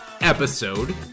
episode